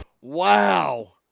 Wow